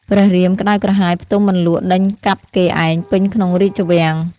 ព្រះរាមក្តៅក្រហាយផ្ទុំមិនលក់ដេញកាប់គេឯងពេញក្នុងរាជវាំង។